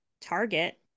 Target